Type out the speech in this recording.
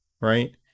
right